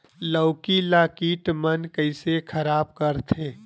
लौकी ला कीट मन कइसे खराब करथे?